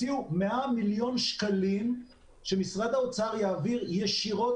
הציעו 100 מיליון שקלים שמשרד האוצר יעביר ישירות